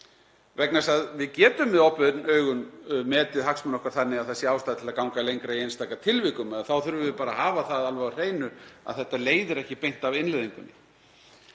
gagnsæi. Við getum með opin augun metið hagsmuni okkar þannig að það sé ástæða til að ganga lengra í einstaka tilvikum og þá þurfum við bara að hafa það alveg á hreinu að þetta leiðir ekki beint af innleiðingunni.